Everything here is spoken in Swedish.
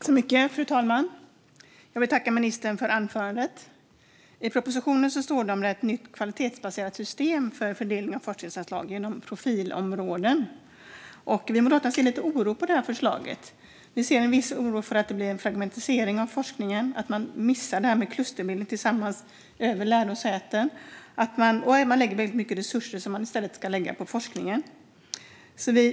Fru talman! Jag vill tacka ministern för anförandet. I propositionen står det om ett nytt kvalitetsbaserat system för fördelning av forskningsanslag genom profilområden. Vi moderater ser med oro på det förslaget. Vi är oroliga för att det blir en fragmentering av forskningen, att man missar detta med klustermedel tillsammans över lärosäten och att man lägger väldigt mycket resurser där som man i stället ska lägga på forskningen.